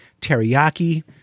teriyaki